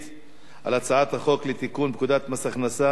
על הצעת החוק לתיקון פקודת מס הכנסה (מס'